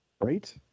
Right